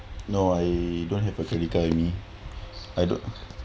no I don't have a credit card at me I don't